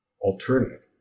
alternative